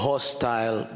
Hostile